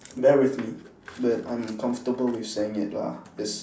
bear with me but I'm comfortable with saying it lah it's